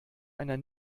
einer